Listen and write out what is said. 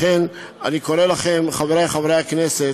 לכן אני קורא לכם, חברי חברי הכנסת,